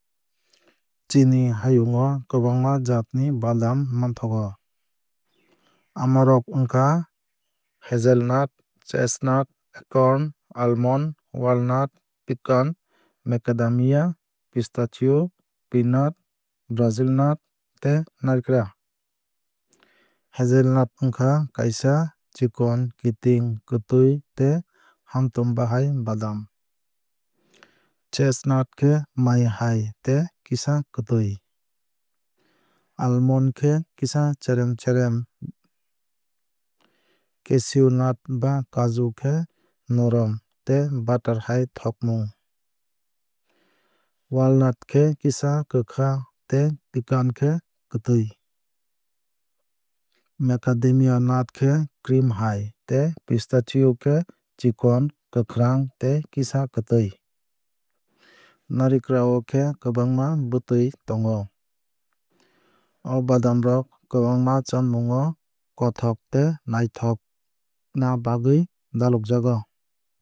Chini hayung o kwbangma jaat ni badam manthogo. Amo rok wngkha hazelnut chestnut acorn almond walnut pecan macadamia pistachio peanut brazil nut tei narikra. Hazelnut wngkha kaisa chikon kiting kwtwui tei hamotom bahai badam. Chestnut khe mai hai tei kisa kwtwui. Almond khe kisa cherem cherem. Cashew nut ba kaju khe norom tei butter hai thokmung. Walnut khe kisa kwkha tei pecan khe kwtwui. Macadamia nut khe cream hai tei pistachio khe chikon kwkhrang tei kisa kwtwui. Narikra o khe kwbangma bwtwui tongo. O badam rok kwbangma chamung o kothok tei naithokna bagwui dalogjago.